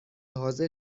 حاضر